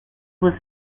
was